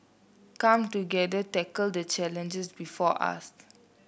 come together tackle the challenges before us